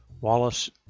Wallace